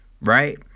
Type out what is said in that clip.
right